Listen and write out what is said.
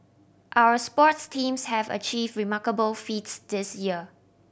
our sports teams have achieve remarkable feats this year